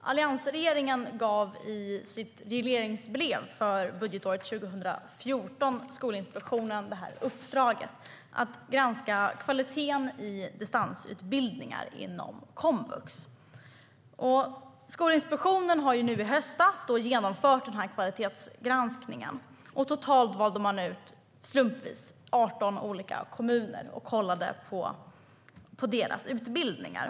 Alliansregeringen gav i sitt regleringsbrev för budgetåret 2014 Skolinspektionen uppdraget att granska kvaliteten i distansutbildningar inom komvux. Skolinspektionen genomförde i höstas denna kvalitetsgranskning. Totalt valde man slumpvis ut 18 olika kommuner och kollade på deras utbildningar.